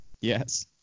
Yes